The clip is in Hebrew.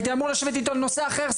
הייתי אמור לשבת איתו על נושא אחר,